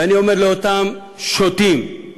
ואני אומר לאותם שוטים: